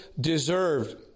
deserved